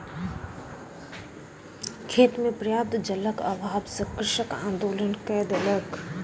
खेत मे पर्याप्त जलक अभाव सॅ कृषक आंदोलन कय देलक